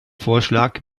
vorschlag